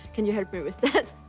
can you help me with that?